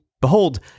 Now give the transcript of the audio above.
behold